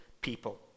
people